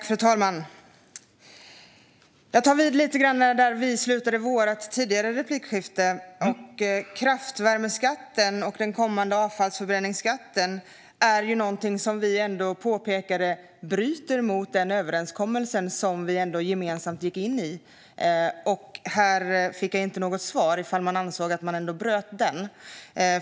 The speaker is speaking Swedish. Fru talman! Jag tar vid där Patrik Engström och jag slutade vårt tidigare replikskifte. Som jag påpekade bryter kraftvärmeskatten och den kommande avfallsförbränningsskatten mot den överenskommelse vi gemensamt gick in i. Jag fick inget svar på om Patrik Engström ansåg att man bröt den.